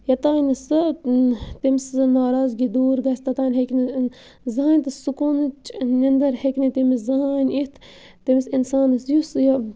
یوٚتام نہٕ سُہ تٔمۍ سٕہ ناراضگی دوٗر گژھِ توٚتام ہیٚکہِ نہٕ زٕہٕنۍ تہٕ سکوٗنٕچ نیٚنٛدٕر ہیٚکہِ نہٕ تٔمِس زٕہٕنۍ یِتھ تٔمِس اِنسانَس یُس یہِ